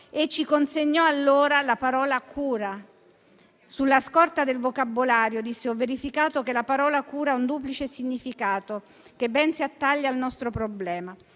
ci consegnò allora la parola cura. «Sulla scorta del vocabolario - disse - ho verificato che la parola Cura ha un duplice significato che ben si attaglia al nostro problema: